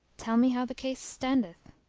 tell me how the case standeth?